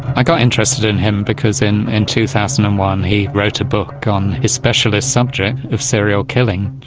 i got interested in him because in and two thousand and one he wrote a book on his specialist subject of serial killing,